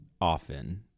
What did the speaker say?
often